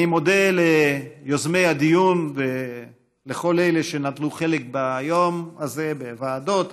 אני מודה ליוזמי הדיון ולכל אלה שנטלו חלק ביום זה בוועדות,